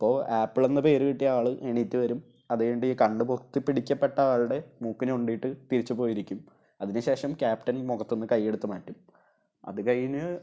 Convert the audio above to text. അപ്പോള് ആപ്പിൾ എന്ന പേര് കിട്ടിയ ആള് എഴുന്നേറ്റുവരും അത്കഴിഞ്ഞിട്ട് ഈ കണ്ണുപൊത്തി പിടിക്കപ്പെട്ട ആളുടെ മൂക്ക് ഞൊണ്ടിയിട്ട് തിരിച്ചു പോയിരിക്കും അതിനുശേഷം ക്യാപ്റ്റൻ മുഖത്തുനിന്നു കയ്യെടുത്ത് മാറ്റും അതുകഴിഞ്ഞ്